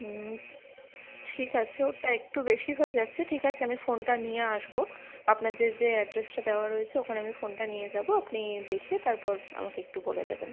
হুম ঠিক আছে ওটা একটু বেশি হয়ে যাচ্ছে ঠিক আছে আমি ফোনটা নিয়ে আসবো আপনাদের যে অ্যাড্রেসটা দেওয়া রয়েছে ওখানে আমি ফোনটা নিয়ে যাবো আপনি দেখে তারপর আমাকে একটু বলে দেবেন